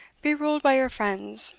be ruled by your friends,